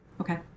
Okay